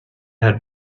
had